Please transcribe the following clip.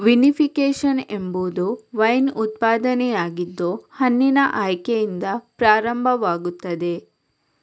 vinification ಎಂಬುದು wine ಉತ್ಪಾದನೆಯಾಗಿದ್ದು ಹಣ್ಣಿನ ಆಯ್ಕೆಯಿಂದ ಪ್ರಾರಂಭವಾಗುತ್ತದೆ